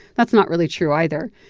that's not really true, either.